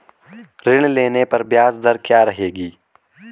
ऋण लेने पर ब्याज दर क्या रहेगी?